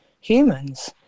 humans